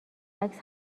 عکس